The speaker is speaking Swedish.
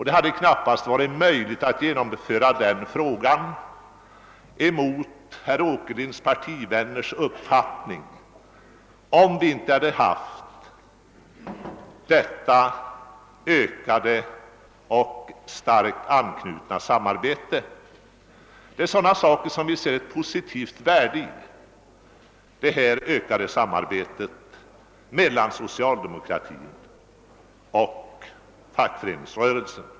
Det hade knappast varit möjligt att lösa frågan mot herr Åkerlinds partivänners uppfattning, om vi inte hade haft detta ökade och starkt befästa samarbete. Det är sådana saker som gör att vi ser ett positivt värde i det ökade samarbetet mellan socialdemokratin och fackföreningsrörelsen.